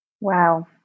Wow